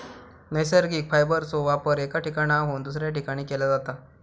नैसर्गिक फायबरचो वापर एका ठिकाणाहून दुसऱ्या ठिकाणी केला जाता